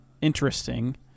interesting